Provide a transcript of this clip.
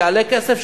יעלה כסף?